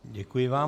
Děkuji vám.